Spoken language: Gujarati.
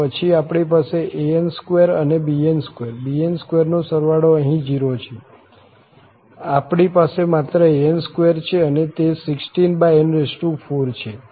અને પછી આપણી પાસે an2 અને bn2bn2 નો સરવાળો અહીં 0 છે આપણી પાસે માત્ર an2 છે અને તે 16n4 છે